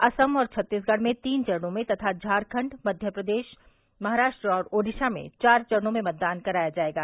असम और छत्तीसगढ़ में तीन चरणों में तथा झारखंड मध्यप्रदेश महाराष्ट्र और ओडिशा में चार चरणों में मतदान कराया जायेगा